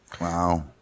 Wow